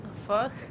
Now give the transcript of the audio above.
fuck